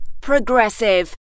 progressive